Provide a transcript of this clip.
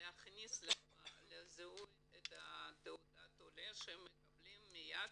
להכניס לזיהוי את תעודת העולה שמקבלים מיד